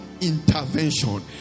intervention